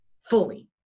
fully